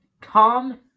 Tom